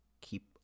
keep